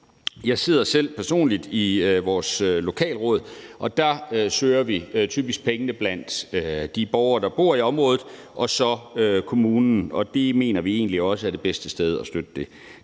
Jeg sidder personligt i vores lokalråd, og der søger vi typisk pengene blandt de borgere, der bor i området, og så kommunen, og det mener vi egentlig også er de bedste steder at gøre det.